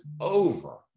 over